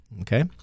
Okay